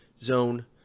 zone